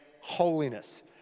holiness